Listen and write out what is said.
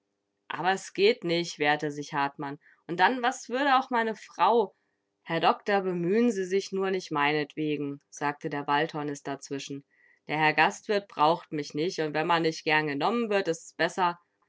aber s geht nich wehrte sich hartmann und dann was würde auch meine frau herr doktor bemüh'n sie sich nur nicht meinetwegen sagte der waldhornist dazwischen der herr gastwirt braucht mich nicht und wenn man nicht gern genommen wird ist's besser